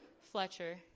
Fletcher